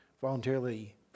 voluntarily